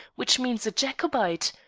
which means a jacobite?